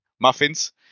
muffins